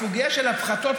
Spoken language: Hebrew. הסוגיה של הפחתות,